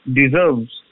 deserves